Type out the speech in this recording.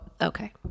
okay